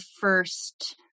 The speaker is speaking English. first